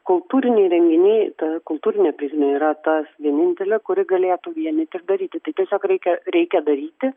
kultūriniai renginiai ta kultūrinė prizmė yra tas vienintelė kuri galėtų vienyti ir daryti tai tiesiog reikia reikia daryti